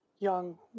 young